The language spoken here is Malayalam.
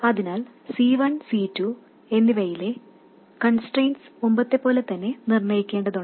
അതിനാൽ C1 C2 എന്നിവയിലെ കൺസ്ട്രെയിൻറ്സ് മുമ്പത്തെപ്പോലെ തന്നെ നിർണ്ണയിക്കേണ്ടതുണ്ട്